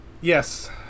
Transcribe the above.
yes